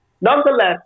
Nonetheless